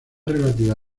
relativa